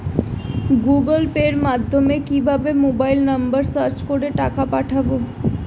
Google Pay মাধ্যমে কিভাবে mobile number search করে টাকা পাঠাবো?